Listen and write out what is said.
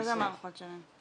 מה זה המערכות שלהם?